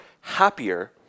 happier